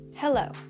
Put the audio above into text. Hello